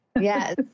Yes